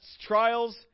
trials